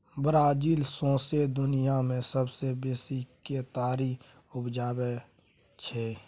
Brazil सौंसे दुनियाँ मे सबसँ बेसी केतारी उपजाबै छै